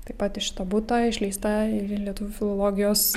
taip pat iš to buto išleista ir į lietuvių filologijos